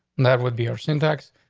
and that would be our syntax.